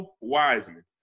wiseman